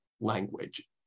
language